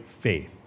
faith